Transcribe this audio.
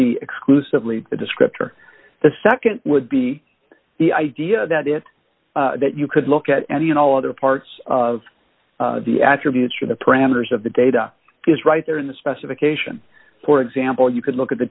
be exclusively a descriptor the nd would be the idea that it that you could look at any and all other parts of the attributes for the parameters of the data is right there in the specification for example you could look at the